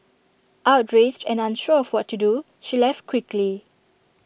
outraged and unsure of what to do she left quickly